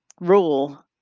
rule